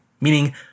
meaning